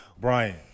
Brian